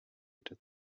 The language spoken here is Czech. jde